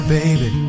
baby